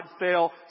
fail